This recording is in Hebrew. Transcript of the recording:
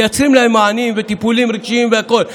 מייצרים להם מענים וטיפולים רגשיים והכול.